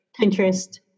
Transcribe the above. Pinterest